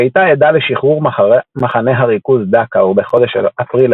היא הייתה עדה לשחרור מחנה הריכוז דכאו בחודש אפריל